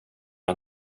jag